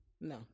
No